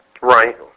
right